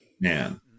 man